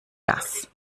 das